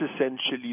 essentially